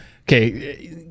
Okay